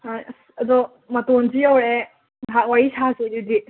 ꯍꯣꯏ ꯑꯁ ꯑꯗꯣ ꯃꯇꯣꯟꯁꯨ ꯌꯧꯔꯛꯑꯦ ꯉꯥꯏꯍꯥꯛ ꯋꯥꯔꯤ ꯁꯥꯁꯤ ꯑꯗꯨꯗꯤ